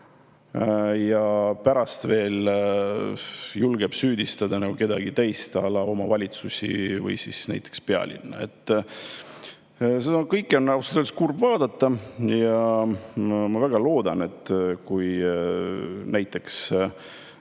ja pärast veel julgeb süüdistada kedagi teist, omavalitsusi või siis näiteks pealinna. Seda kõike on ausalt öeldes kurb vaadata. Ma väga loodan, et kui lõpevad